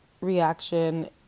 reaction